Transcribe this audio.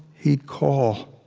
he'd call